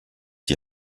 die